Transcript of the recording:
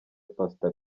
pastor